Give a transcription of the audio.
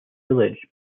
village